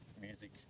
music